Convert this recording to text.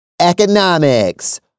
Economics